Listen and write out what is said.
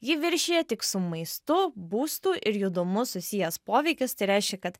jį viršija tik su maistu būstu ir judumu susijęs poveikis tai reiškia kad